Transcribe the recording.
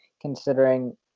considering